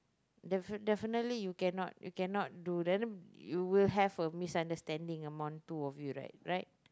defi~ definitely you cannot you cannot do then you will have a misunderstanding among the two of you right right